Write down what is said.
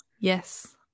Yes